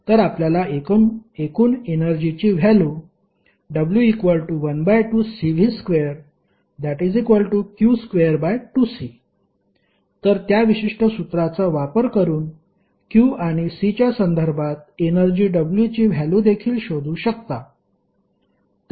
तर आपल्याला एकूण एनर्जीची व्हॅल्यु w12Cv2q22C तर त्या विशिष्ट सूत्राचा वापर करून q आणि C च्या संदर्भात एनर्जी W ची व्हॅल्यु देखील शोधू शकता